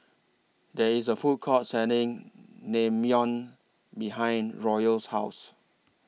There IS A Food Court Selling Naengmyeon behind Royal's House